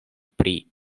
pri